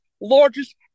largest